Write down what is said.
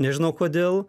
nežinau kodėl